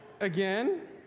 Again